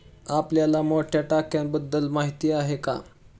आपल्याला मोठ्या टाक्यांबद्दल माहिती आहे का?